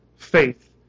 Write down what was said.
faith